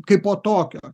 kaipo tokio